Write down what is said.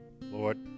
Lord